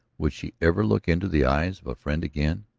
would she ever look into the eyes of a friend again?